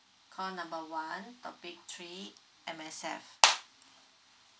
I'm number one topic three M_S_F